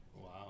Wow